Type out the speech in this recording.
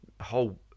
whole